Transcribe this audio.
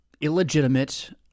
illegitimate